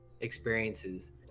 experiences